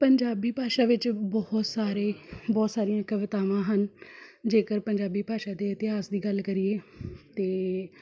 ਪੰਜਾਬੀ ਭਾਸ਼ਾ ਵਿੱਚ ਬਹੁਤ ਸਾਰੇ ਬਹੁਤ ਸਾਰੀਆਂ ਕਵਿਤਾਵਾਂ ਹਨ ਜੇਕਰ ਪੰਜਾਬੀ ਭਾਸ਼ਾ ਦੇ ਇਤਿਹਾਸ ਦੀ ਗੱਲ ਕਰੀਏ ਅਤੇ